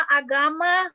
agama